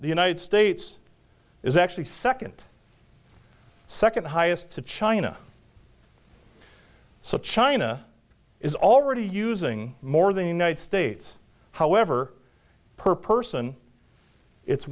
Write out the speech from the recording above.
the united states is actually second second highest to china so china is already using more than united states however per person it's